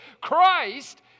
Christ